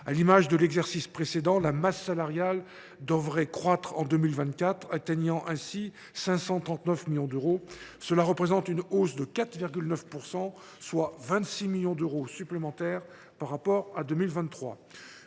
lors de l’exercice précédent, la masse salariale devrait croître en 2024 et atteindre 539 millions d’euros. Cela représente une hausse de 4,9 %, soit 26 millions d’euros, par rapport à 2023.